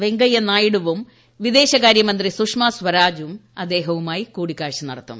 വെങ്കയ്യനായിഡുവും വിദേശകാര്യമന്ത്രി സുഷമാ സ്വരാജും അദ്ദേഹവുമായി കൂടിക്കാഴ്ച നടത്തും